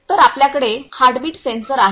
तर आपल्याकडे heartbeat sensor आहे